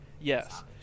Yes